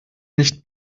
nicht